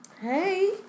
Hey